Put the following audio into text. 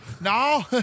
no